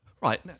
Right